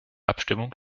abstimmung